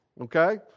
okay